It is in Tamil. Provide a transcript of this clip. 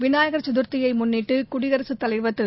விநாயகர் சதுர்த்தியைமுன்னிட்டு குடியரசுத் தலைவர் திரு